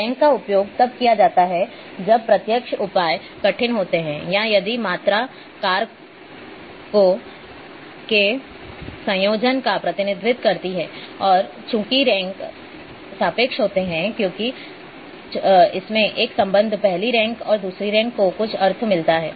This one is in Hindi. रैंक का उपयोग तब किया जाता है जब प्रत्यक्ष उपाय कठिन होते हैं या यदि मात्रा कारकों के संयोजन का प्रतिनिधित्व करती है और चूंकि रैंक सापेक्ष होते हैं क्योंकि इसमें एक संबंध पहली रैंक और दूसरी रैंक को कुछ अर्थ मिला है